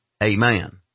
Amen